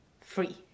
free